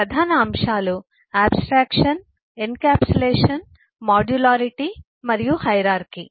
ప్రధాన అంశాలు abstraction encapsulation modularity మరియు హైరార్కీ